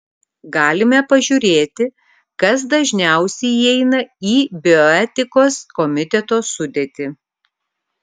galime pažiūrėti kas dažniausiai įeina į bioetikos komiteto sudėtį